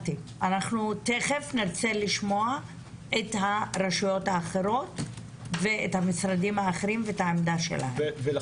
תיכף נרצה לשמוע את עמדת הרשויות והמשרדים האחרים בעניין.